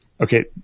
Okay